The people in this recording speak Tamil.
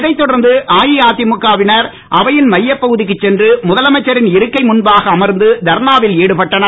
இதைத் தொடர்ந்து அஇஅதிமுக வினர் அவையின் மையப் பகுதிக்குச் சென்று முதலமைச்சரின் இருக்கை முன்பாக அமர்ந்து தர்ணாவில் ஈடுபட்டனர்